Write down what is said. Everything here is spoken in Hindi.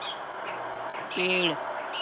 पेंड़